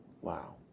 Wow